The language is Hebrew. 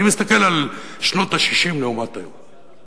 אני מסתכל על שנות ה-60 לעומת היום.